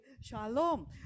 Shalom